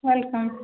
welcome